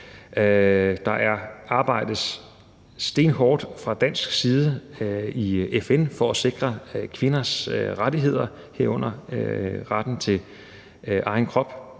Der arbejdes stenhårdt fra dansk side i FN for at sikre kvinders rettigheder, herunder retten til egen krop.